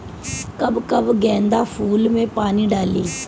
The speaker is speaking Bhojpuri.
कब कब गेंदा फुल में पानी डाली?